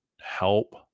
help